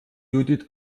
judith